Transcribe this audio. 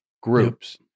groups